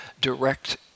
direct